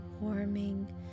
warming